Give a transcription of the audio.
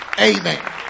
amen